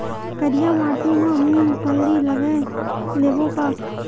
करिया माटी मा मूंग फल्ली लगय लेबों का?